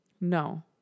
No